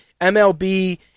MLB